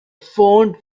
phoned